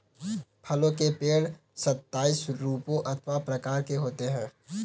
फलों के पेड़ सताइस रूपों अथवा प्रकार के होते हैं